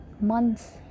months